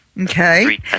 Okay